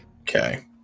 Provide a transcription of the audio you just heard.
Okay